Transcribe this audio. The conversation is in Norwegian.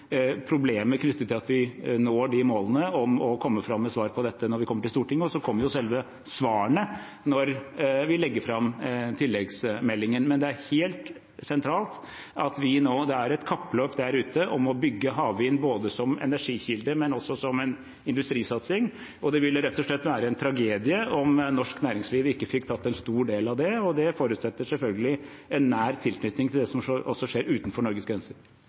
problemer knyttet til målet om å komme med svar på dette når vi kommer til Stortinget – og selve svarene kommer når vi legger fram tilleggsmeldingen. Men det er helt sentralt at det er et kappløp der ute om å bygge havvind både som energikilde og også som industrisatsing. Det vil rett og slett være en tragedie om norsk næringsliv ikke fikk tatt en stor del av det, og det forutsetter selvfølgelig en nær tilknytning til det som også skjer utenfor Norges grenser.